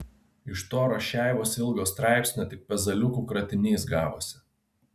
iš to rašeivos ilgo straipsnio tik pezaliukų kratinys gavosi